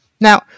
Now